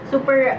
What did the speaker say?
Super